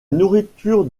nourriture